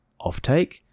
offtake